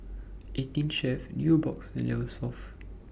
eighteen Chef Nubox and Eversoft